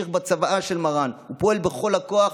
ממשיך בצוואה של מרן ופועל בכל הכוח